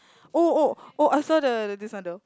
oh oh oh I saw the the this one though